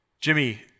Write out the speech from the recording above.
Jimmy